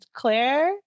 claire